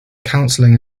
counselling